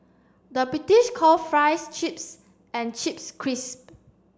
the British call fries chips and chips crisp